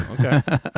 Okay